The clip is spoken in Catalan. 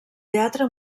teatre